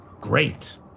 Great